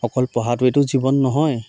অকল পঢ়াটোৱেইটো জীৱন নহয়